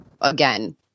again